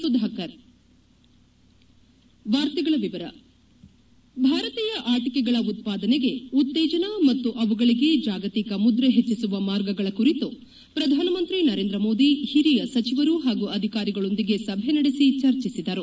ಸುಧಾಕರ್ ಹೆಡ್ ಭಾರತೀಯ ಆಟಿಕೆಗಳ ಉತ್ತಾದನೆಗೆ ಉತ್ತೇಜನ ಮತ್ತು ಅವುಗಳಿಗೆ ಜಾಗತಿಕ ಮುದ್ರೆ ಹೆಚ್ಚಿಸುವ ಮಾರ್ಗಗಳ ಕುರಿತು ಪ್ರಧಾನ ಮಂತ್ರಿ ನರೇಂದ್ರ ಮೋದಿ ಹಿರಿಯ ಸಚಿವರು ಹಾಗೂ ಅಧಿಕಾರಿಗಳೊಂದಿಗೆ ಸಭೆ ನಡೆಸಿ ಚರ್ಚಿಸಿದರು